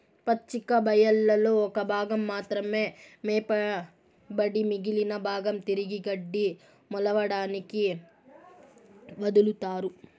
పచ్చిక బయళ్లలో ఒక భాగం మాత్రమే మేపబడి మిగిలిన భాగం తిరిగి గడ్డి మొలవడానికి వదులుతారు